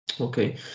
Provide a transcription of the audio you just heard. Okay